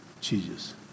Jesus